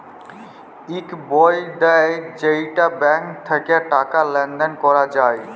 ইক বই দেয় যেইটা ব্যাঙ্ক থাক্যে টাকা লেলদেল ক্যরা যায়